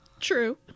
true